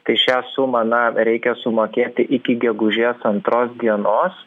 tai šią sumą na reikia sumokėti iki gegužės antros dienos